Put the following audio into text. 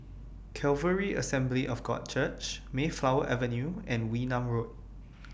Calvary Assembly of God Church Mayflower Avenue and Wee Nam Road